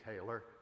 Taylor